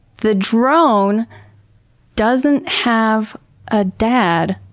the drone doesn't have a dad,